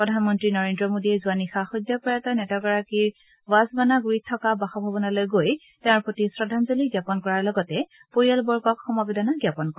প্ৰধানমন্ত্ৰী নৰেন্দ্ৰ মোদীয়ে যোৱা নিশা সদ্য প্ৰয়াত নেতাগৰাকীৰ বাছৱানাণ্ডড়িস্থিত বাসভৱনলৈ গৈ তেওঁৰ প্ৰতি শ্ৰদ্ধাঞ্জলি জ্ঞাপন কৰাৰ লগতে পৰিয়ালবৰ্গক সমবেদনা জ্ঞাপন কৰে